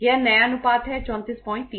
यह नया अनुपात है 343